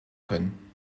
können